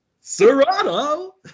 Serrano